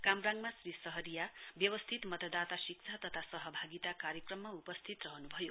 कामराङमा श्री शहरिया व्यवस्थित मतदाता शिक्षा तथा सहभागिता कार्यक्रममा उपस्थित रहनु भयो